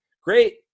great